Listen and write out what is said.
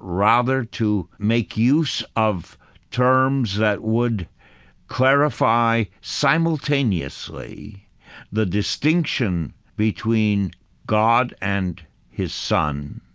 rather to make use of terms that would clarify simultaneously the distinction between god and his son,